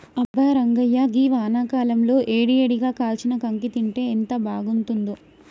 అబ్బా రంగాయ్య గీ వానాకాలంలో ఏడి ఏడిగా కాల్చిన కాంకి తింటే ఎంత బాగుంతుందో